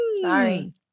Sorry